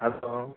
hello